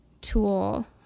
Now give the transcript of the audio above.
tool